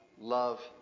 love